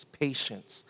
patience